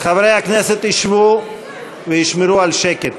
חברי הכנסת ישבו וישמרו על שקט.